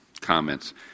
comments